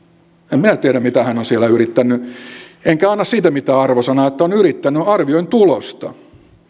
en minä tiedä mitä hän on siellä yrittänyt enkä anna siitä mitään arvosanaa että on yrittänyt arvioin tulosta